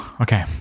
okay